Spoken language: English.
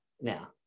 now